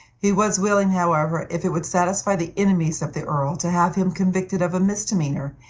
he was willing, however, if it would satisfy the enemies of the earl, to have him convicted of a misdemeanor,